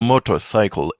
motorcycle